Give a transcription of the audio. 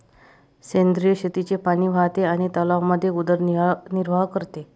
सेंद्रिय शेतीचे पाणी वाहते आणि तलावांमध्ये उदरनिर्वाह करते